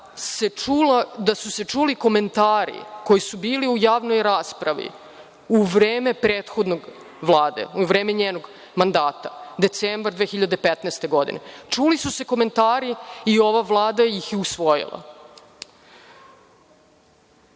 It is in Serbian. da su se čuli komentari koji su bili u javnoj raspravi u vreme prethodne Vlade, u vreme njenog mandata – decembar 2015. godine. Čuli su se komentari i ova Vlada ih je usvojila. Što